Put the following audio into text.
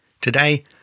Today